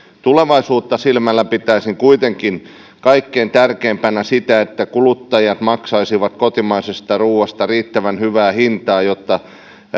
tulevaisuutta silmällä pitäen pitäisin kuitenkin kaikkein tärkeimpänä sitä että kuluttajat maksaisivat kotimaisesta ruuasta riittävän hyvää hintaa jotta